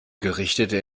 gerichtete